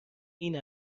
این